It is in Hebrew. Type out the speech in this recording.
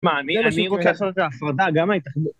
מה, אני רוצה לעשות את זה הפרדה גם ההתאחדות